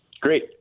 Great